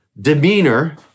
demeanor